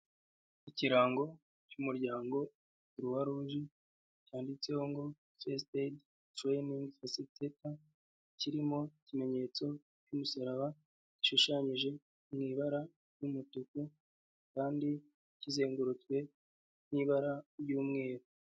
Ikirango cy'umuryango wa kuruwa ruje, cyanditseho ngo fesite tereyiningi setete, kirimo ikimenyetso cy'umusaraba gishushanyije mu ibara ry'umutuku kandi kizengurutswe n'ibara ry'umweru.